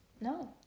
no